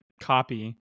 copy